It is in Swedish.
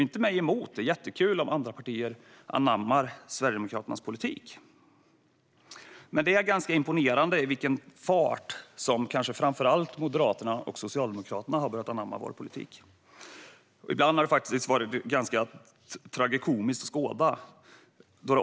Inte mig emot, det är jättekul om andra partier anammar Sverigedemokraternas politik. Men det är ganska imponerande med vilken fart som kanske framför allt Moderaterna och Socialdemokraterna har börjat anamma vår politik. Ibland har det faktiskt varit ganska tragikomiskt att skåda.